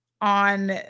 on